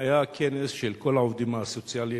היה כנס של כל העובדים הסוציאליים,